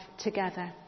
together